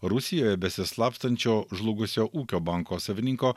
rusijoje besislapstančio žlugusio ūkio banko savininko